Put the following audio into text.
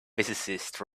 physicist